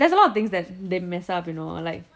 there's a lot of thing that's they messed up you know like